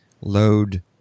load